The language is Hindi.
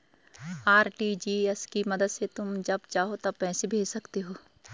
आर.टी.जी.एस की मदद से तुम जब चाहो तब पैसे भेज सकते हो